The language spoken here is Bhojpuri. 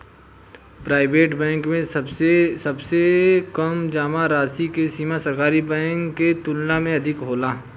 प्राईवेट बैंक में सबसे कम जामा राशि के सीमा सरकारी बैंक के तुलना में अधिक होला